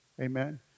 Amen